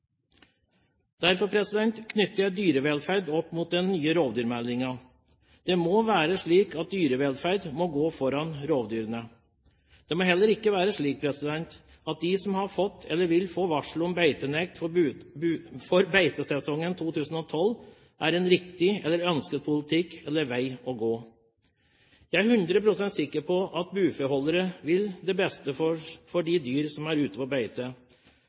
Derfor knytter jeg dyrevelferd opp mot den nye rovdyrmeldingen. Det må være slik at dyrevelferd må gå foran rovdyrene. Det må heller ikke være slik at varsel om beitenekt for beitesesongen 2012, er en riktig eller ønsket politikk – eller vei å gå. Jeg er 100 pst. sikker på at bufeholdere vil det beste for de dyr som er ute på beite.